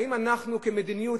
האם אנחנו כמדיניות,